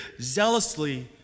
zealously